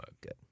Good